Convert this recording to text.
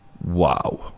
wow